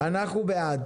אנחנו בעד.